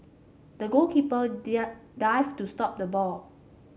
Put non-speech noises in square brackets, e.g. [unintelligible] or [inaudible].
the goalkeeper [unintelligible] dived to stop the ball